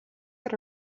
that